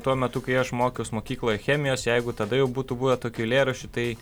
tuo metu kai aš mokiaus mokykloje chemijos jeigu tada jau būtų buvę tokių eilėraščių tai